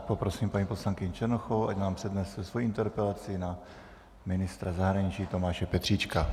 Poprosím paní poslankyni Černochovou, ať nám přednese svoji interpelaci na ministra zahraničí Tomáše Petříčka.